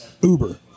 Uber